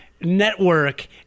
Network